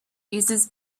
uses